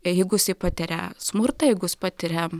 jeigu jisai patiria smurtą jeigu jis patiria